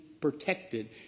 protected